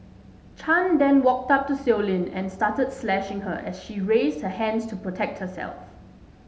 Chan then walked up to Sow Lin and started slashing her as she raised her hands to protect herself